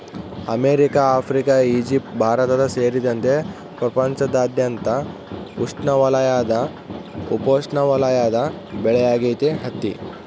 America Africa Egypt Bharat ಸೇರಿದಂತೆ ಪ್ರಪಂಚದಾದ್ಯಂತ ಉಷ್ಣವಲಯದ ಉಪೋಷ್ಣವಲಯದ ಬೆಳೆಯಾಗೈತಿ ಹತ್ತಿ